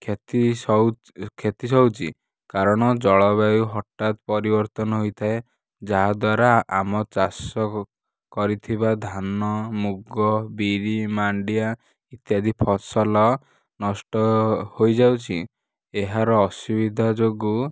କ୍ଷତି ସହୁ କ୍ଷତି ସହୁଛି କାରଣ ଜଳବାୟୁ ହଠାତ ପରିବର୍ତ୍ତନ ହୋଇଥାଏ ଯାହାଦ୍ୱାରା ଆମ ଚାଷ କରିଥିବା ଧାନ ମୁଗ ବିରି ମାଣ୍ଡିଆ ଇତ୍ୟାଦି ଫସଲ ନଷ୍ଟ ହୋଇଯାଉଛି ଏହାର ଅସୁବିଧା ଯୋଗୁଁ